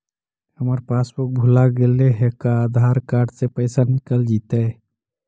हमर पासबुक भुला गेले हे का आधार कार्ड से पैसा निकल जितै?